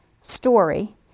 story